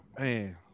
Man